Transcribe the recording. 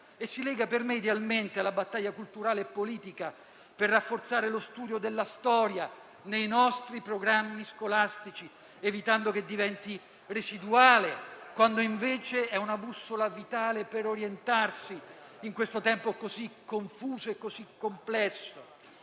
e si lega per me idealmente alla battaglia culturale e politica per rafforzare lo studio della storia nei nostri programmi scolastici, evitando che diventi residuale, quando invece è una bussola vitale per orientarsi in questo tempo così confuso e così complesso.